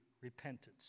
Repentance